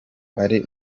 ari